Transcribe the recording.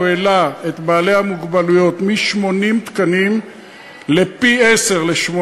הוא העלה את מספר התקנים של בעלי המוגבלות מ-80 לפי-עשרה,